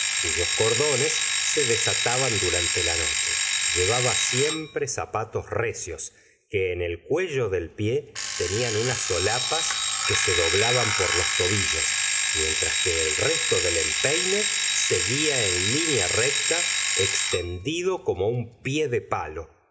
cuyos cordones se desataban durante la noche llevaba siempre zapatos recios que en el cuello del pie tenían unas solapas que se doblaban por las tobillos mientras que el resto del empeine seguía en linea recta extendido como un pie de palo